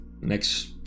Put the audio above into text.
next